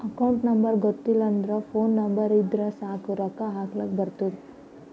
account number ಗೊತ್ತಿಲ್ಲ ಅಂದುರ್ phone number ಇದ್ದುರ್ ಸಾಕ್ ರೊಕ್ಕಾ ಹಾಕ್ಲಕ್ ಬರ್ತುದ್